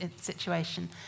situation